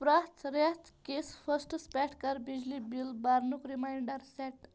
پرٛٮ۪تھ رٮ۪تھ کِس فسٹَس پٮ۪ٹھ کَر بِجلی بِل برنُک ریمایِنڈر سیٹ